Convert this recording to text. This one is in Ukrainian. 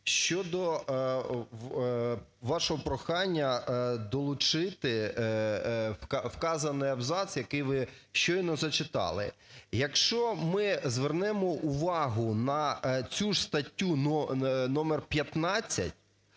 щодо вашого прохання долучити вказаний абзац, який ви щойно зачитали. Якщо ми звернемо увагу на цю ж статтю номер 15,